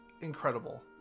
incredible